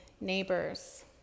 neighbors